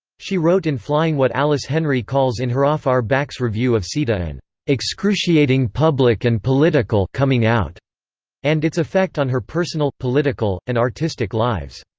she wrote in flying what alice henry calls in her off our backs review of sita an excruciating public and political coming out and its effect on her personal, political, and artistic lives.